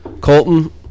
Colton